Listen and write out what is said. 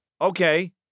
okay